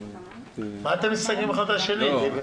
מה אתם מסתכלים אחד על השני?